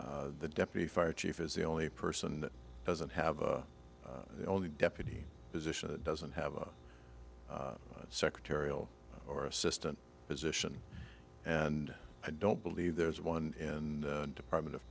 the deputy fire chief is the only person that doesn't have the only deputy position that doesn't have a secretarial or assistant position and i don't believe there's one in department of